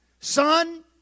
Son